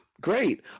Great